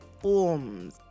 forms